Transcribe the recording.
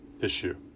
issue